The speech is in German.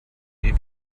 wie